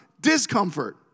discomfort